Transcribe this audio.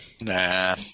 Nah